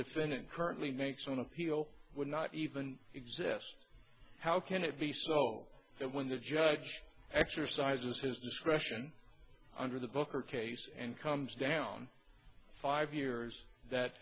defendant currently makes on appeal would not even exist how can it be so that when the judge exercises his discretion under the booker case and comes down five years that